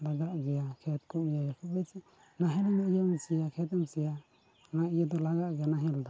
ᱞᱟᱜᱟᱜ ᱜᱮᱭᱟ ᱠᱷᱮᱛ ᱠᱚᱢ ᱤᱭᱟᱹᱭᱟ ᱥᱮ ᱱᱟᱦᱮᱞ ᱤᱭᱟᱹᱢ ᱥᱤᱭᱟ ᱠᱷᱮᱛᱮᱢ ᱥᱤᱭᱟ ᱚᱱᱟ ᱤᱭᱟᱹ ᱫᱚ ᱞᱟᱜᱟᱜ ᱜᱮᱭᱟ ᱱᱟᱦᱮᱞ ᱫᱚ